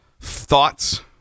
thoughts